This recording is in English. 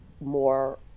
more